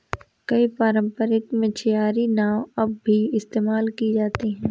कई पारम्परिक मछियारी नाव अब भी इस्तेमाल की जाती है